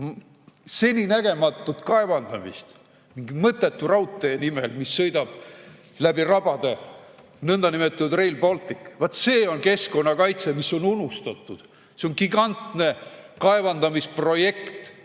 seninägematut kaevandamist mingi mõttetu raudtee nimel, mis sõidab läbi rabade, nõndanimetatud Rail Baltic. Vaat see on keskkonnakaitse, mis on unustatud. See on gigantne kaevandamisprojekt,